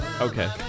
Okay